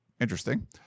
interesting